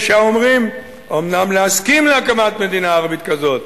יש האומרים: אומנם להסכים להקמת מדינה ערבית כזאת,